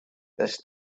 this